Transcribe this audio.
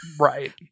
right